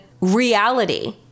reality